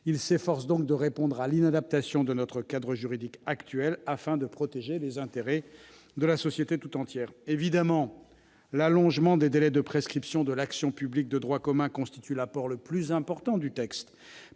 Il tend à répondre à l'inadaptation du cadre juridique actuel afin de mieux protéger les intérêts de la société tout entière. Évidemment, l'allongement des délais de prescription de l'action publique de droit commun constitue l'apport le plus important de ce texte